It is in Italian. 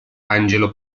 angelo